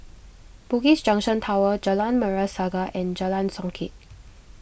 Bugis Junction Towers Jalan Merah Saga and Jalan Songket